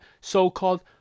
so-called